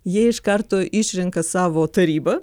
jie iš karto išrenka savo tarybą